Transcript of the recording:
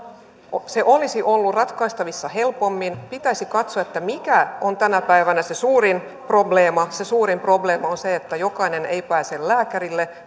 se olisi ollut ratkaistavissa helpommin pitäisi katsoa mikä on tänä päivänä se suurin probleema se suurin probleema on se että jokainen ei pääse lääkärille